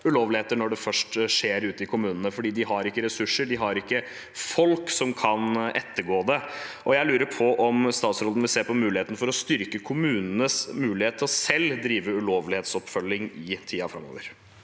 ulovligheter først har skjedd ute i kommunene, fordi de ikke har ressurser, og de har ikke folk som kan ettergå det. Jeg lurer på om statsråden vil se på muligheten for å styrke kommunenes mulighet til selv å drive ulovlighetsoppfølging i tiden framover.